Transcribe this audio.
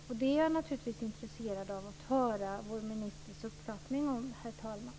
Detta är jag naturligtvis intresserad av att höra vår ministers uppfattning om, herr talman.